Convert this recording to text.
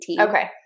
Okay